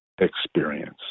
experience